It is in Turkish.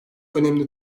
önemli